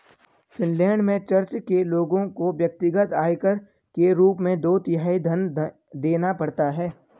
Finland में church के लोगों को व्यक्तिगत आयकर के रूप में दो तिहाई धन देना पड़ता है